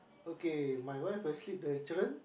okay my wife is sleep the children